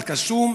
אל-קסום,